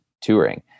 touring